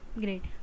Great